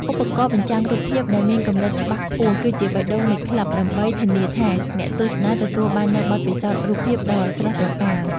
ឧបករណ៍បញ្ចាំងរូបភាព ដែលមានកម្រិតច្បាស់ខ្ពស់ គឺជាបេះដូងនៃក្លឹប ដើម្បីធានាថាអ្នកទស្សនាទទួលបាននូវបទពិសោធន៍រូបភាពដ៏ស្រស់ត្រកាល។